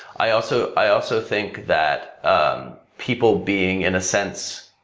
i also i also think that people being, in a sense,